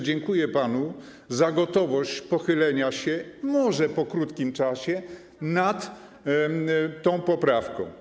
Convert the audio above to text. Dziękuję panu za gotowość pochylenia się, może i po krótkim czasie, nad tą poprawką.